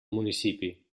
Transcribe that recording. municipi